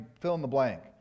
fill-in-the-blank